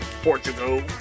Portugal